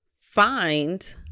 find